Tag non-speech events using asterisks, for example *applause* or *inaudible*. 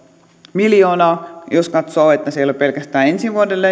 miljoonaa jos katsoo että siellä indeksijäädytykset eivät ole pelkästään ensi vuodelle *unintelligible*